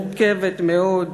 מורכבת מאוד.